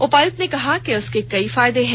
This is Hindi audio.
उपायुक्त ने कहा कि इसके कई फायदे हैं